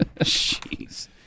Jeez